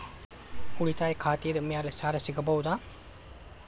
ಉಳಿತಾಯ ಖಾತೆದ ಮ್ಯಾಲೆ ಸಾಲ ಸಿಗಬಹುದಾ?